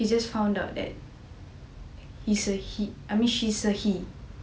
he just found out that he's a he I mean she's a he